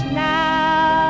now